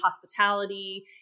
hospitality